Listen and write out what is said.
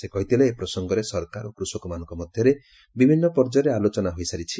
ସେ କହିଥିଲେ ଏ ପ୍ରସଙ୍ଗରେ ସରକାର ଓ କୃଷକମାନଙ୍କ ମଧ୍ୟରେ ବିଭିନ୍ନ ପର୍ଯ୍ୟାୟରେ ଆଲୋଚନା ହୋଇସାରିଛି